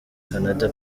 canada